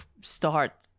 start